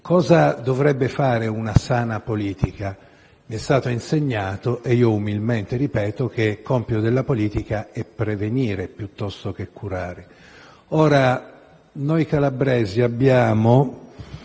Cosa dovrebbe fare una sana politica? Mi è stato insegnato - e io umilmente ripeto - che compito della politica è prevenire piuttosto che curare. Noi calabresi abbiamo,